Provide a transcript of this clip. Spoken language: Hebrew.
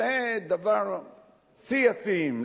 זה שיא השיאים.